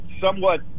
somewhat